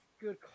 good